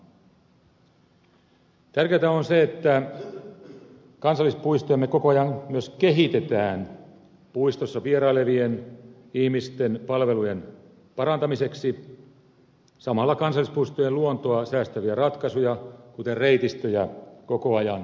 tärkeätä on se että kansallispuistojamme koko ajan myös kehitetään puistoissa vierailevien ihmisten palvelujen parantamiseksi samalla kansallispuistojen luontoa säästäviä ratkaisuja kuten reitistöjä koko ajan kehittäen